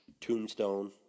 Tombstone